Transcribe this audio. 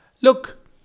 Look